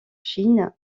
chine